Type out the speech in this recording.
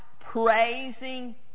praising